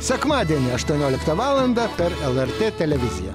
sekmadienį aštuonioliktą valandą per lrt televiziją